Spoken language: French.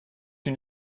une